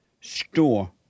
store